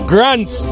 Grant